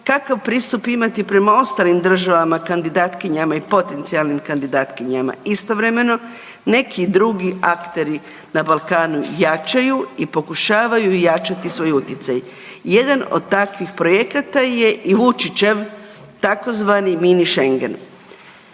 kakav pristup imati prema ostalim državama kandidatkinjama i potencijalnim kandidatkinjama. Istovremeno, neki drugi akteri na Balkanu jačaju i pokušavaju jačati svoj utjecaj. Jedan od takvih projekata je i Vučićev tzv. mini Schengen.